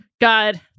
God